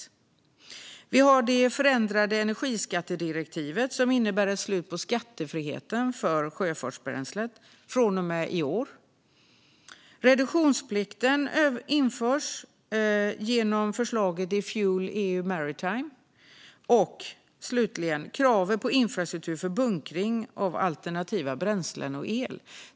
Det andra är det förändrade energiskattedirektivet, som innebär ett slut på skattefriheten för sjöfartsbränsle från och med i år. Det tredje är att reduktionsplikten införs genom förslaget FuelEU Maritime. Det fjärde, slutligen, är kravet på infrastruktur för bunkring av alternativa bränslen och el.